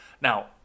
Now